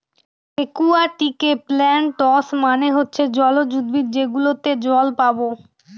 একুয়াটিকে প্লান্টস মানে হচ্ছে জলজ উদ্ভিদ যেগুলোতে জল পাবো